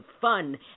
fun